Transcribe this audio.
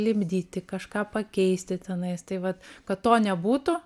lipdyti kažką pakeisti tenais tai vat kad to nebūtų